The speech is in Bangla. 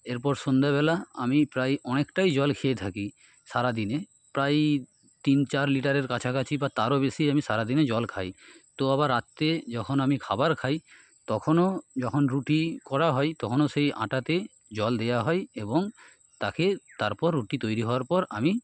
এরপর সন্ধেবেলা আমি প্রায় অনেকটাই জল খেয়ে থাকি সারাদিনে প্রায় তিন চার লিটারের কাছাকাছি বা তারও বেশি আমি সারাদিনে জল খাই তো আবার রাত্রে যখন আমি খাবার খাই তখনও যখন রুটি করা হয় তখনও সেই আটাতে জল দেওয়া হয় এবং তাকে তারপর রুটি তৈরি হওয়ার পর আমি